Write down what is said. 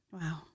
Wow